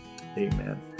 Amen